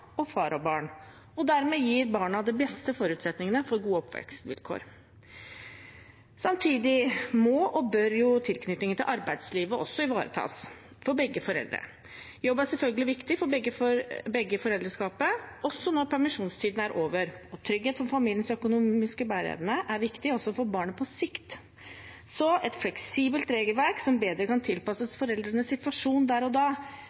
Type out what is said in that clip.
og far og barn, og dermed gir barna de beste forutsetningene for gode oppvekstvilkår. Samtidig må og bør tilknytningen til arbeidslivet også ivaretas for begge foreldre. Jobb er selvfølgelig viktig for begge parter i foreldreskapet, også når permisjonstiden er over, for trygghet for familiens økonomiske bæreevne også på sikt er viktig for barnet. Så et fleksibelt regelverk som bedre kan tilpasses foreldrenes situasjon der og da,